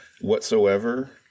whatsoever